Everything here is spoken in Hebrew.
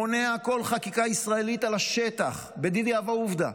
מונע כל חקיקה ישראלית על השטח בדידי הווה עובדא.